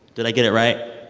did i get it right?